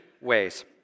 ways